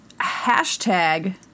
hashtag